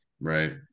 Right